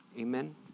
Amen